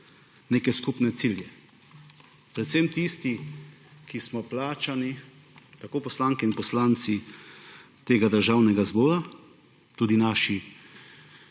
neke skupne cilje; predvsem tisti, ki smo plačani, tako poslanke in poslanci tega državnega zbora, tudi naši